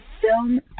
film